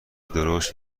درشت